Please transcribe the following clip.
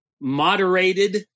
moderated